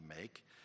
make